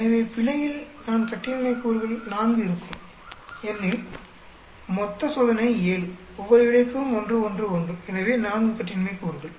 எனவே பிழையில் 4 கட்டின்மை கூறுகள் இருக்கும் ஏனெனில் மொத்த சோதனை 7 ஒவ்வொரு விளைவுக்கும் 1 1 1 எனவே 4 கட்டின்மை கூறுகள்